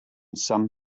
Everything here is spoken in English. some